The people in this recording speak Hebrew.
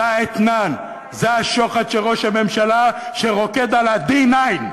זה האתנן, זה השוחד של ראש הממשלה שרוקד על ה-D9,